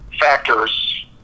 factors